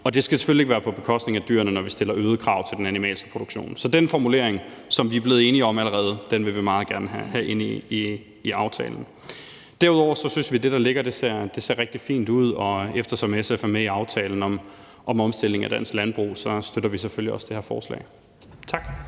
Det skal selvfølgelig ikke være på bekostning af dyrene, når vi stiller øgede krav til den animalske produktion. Så den formulering, som vi er blevet enige om allerede, vil vi meget gerne have ind i aftalen. Derudover synes vi, at det, der ligger, ser rigtig fint ud, og eftersom SF er med i aftalen om omstilling af dansk landbrug, støtter vi selvfølgelig også det her forslag. Tak.